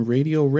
Radio